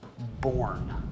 born